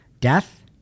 Death